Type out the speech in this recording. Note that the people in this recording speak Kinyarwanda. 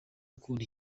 gukunda